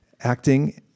acting